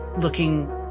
looking